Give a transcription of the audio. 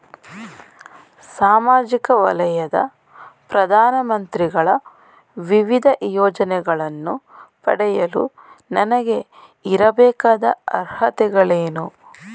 ಸಾಮಾಜಿಕ ವಲಯದ ಪ್ರಧಾನ ಮಂತ್ರಿಗಳ ವಿವಿಧ ಯೋಜನೆಗಳನ್ನು ಪಡೆಯಲು ನನಗೆ ಇರಬೇಕಾದ ಅರ್ಹತೆಗಳೇನು?